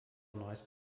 noise